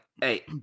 hey